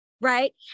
right